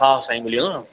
हा साईं मिली वेंदो न